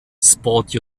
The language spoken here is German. sport